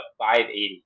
580